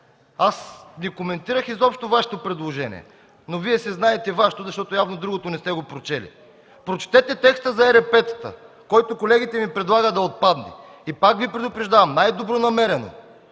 Аз не коментирах изобщо Вашето предложение, но Вие си знаете Вашето, защото другото явно не сте го прочели. Прочетете текста за ЕРП-та, който колегите ни предлагат да отпадне. И пак Ви предупреждавам най-добронамерено –